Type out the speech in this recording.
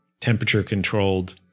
temperature-controlled